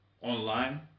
online